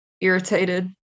irritated